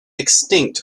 extinct